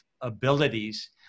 abilities